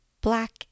black